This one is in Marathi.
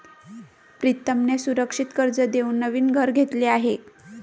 प्रीतमने सुरक्षित कर्ज देऊन नवीन घर घेतले आहे